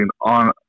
on